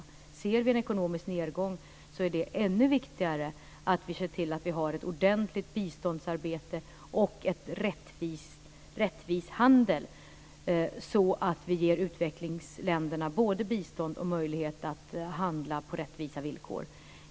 Om vi ser en ekonomisk nedgång så är det ännu viktigare att vi ser till att vi har ett ordentligt biståndsarbete och en rättvis handel, så att vi ger utvecklingsländerna både bistånd och möjlighet att handla på rättvisa villkor.